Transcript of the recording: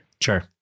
Sure